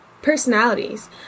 personalities